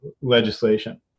legislation